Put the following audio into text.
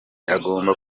agomba